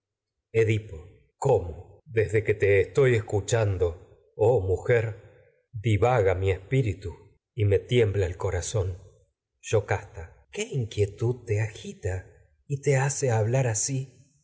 edipo cómo desde que te estoy escuchando oh mujer divaga mi espíritu y me tiembla el yocasta blar así edipo corazón te qué inquietud te agita y hace ha